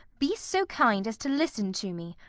be so kind as to listen to me.